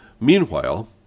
Meanwhile